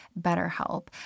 BetterHelp